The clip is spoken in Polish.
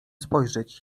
spojrzeć